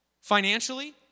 financially